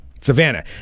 Savannah